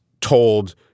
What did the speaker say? told